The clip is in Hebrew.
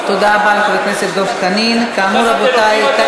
תודה רבה לחבר הכנסת דב חנין.